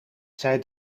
zij